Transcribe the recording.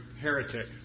heretic